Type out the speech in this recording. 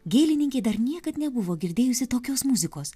gėlininkė dar niekad nebuvo girdėjusi tokios muzikos